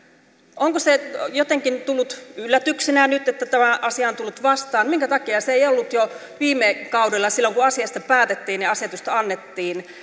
onko se jotenkin tullut yllätyksenä nyt että tämä asia on tullut vastaan minkä takia se ei ollut jo viime kaudella silloin kun asiasta päätettiin ja asetusta annettiin